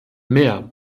mehr